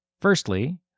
Firstly